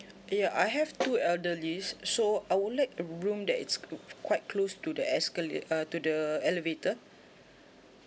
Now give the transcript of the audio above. ya I have two elderlies so I would like a room that it's quite close to the escalat~ uh to the elevator